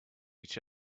each